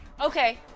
Okay